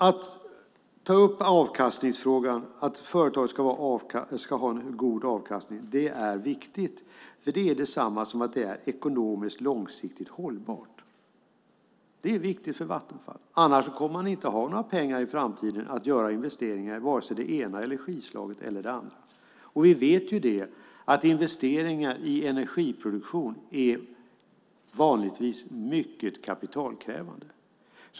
Att ta upp avkastningsfrågan, att företaget ska ha en god avkastning, är viktigt, för det är detsamma som att det är ekonomiskt långsiktigt hållbart. Det är viktigt för Vattenfall. Annars kommer man inte att ha några pengar i framtiden till att göra investeringar i vare sig det ena energislaget eller det andra. Vi vet ju att investeringar i energiproduktion vanligtvis är mycket kapitalkrävande.